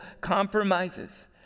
compromises